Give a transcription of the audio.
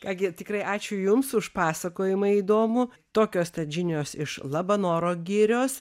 ką gi tikrai ačiū jums už pasakojimą įdomų tokios tad žinios iš labanoro girios